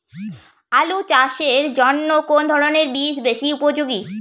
আলু চাষের জন্য কোন ধরণের বীজ বেশি উপযোগী?